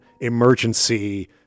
emergency